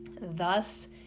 Thus